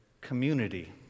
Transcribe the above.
community